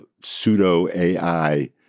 pseudo-AI